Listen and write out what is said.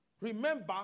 Remember